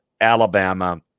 Alabama